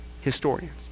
historians